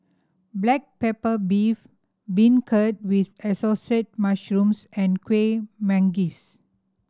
black pepper beef beancurd with Assorted Mushrooms and Kueh Manggis